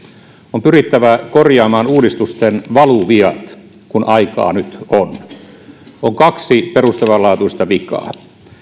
on pyrittävä korjaamaan uudistusten valuviat kun aikaa nyt on on kaksi perustavanlaatuista vikaa